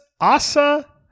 Asa